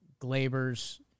Glaber's